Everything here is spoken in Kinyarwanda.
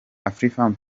afrifame